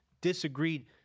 disagreed